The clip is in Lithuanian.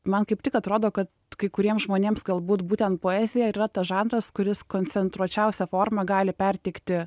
man kaip tik atrodo kad kai kuriem žmonėms galbūt būtent poezija ir yra tas žanras kuris koncentruočiausia forma gali perteikti